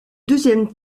deuxième